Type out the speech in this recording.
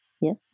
Yes